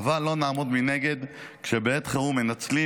אבל לא נעמוד מנגד כשבעת חירום מנצלים